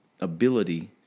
ability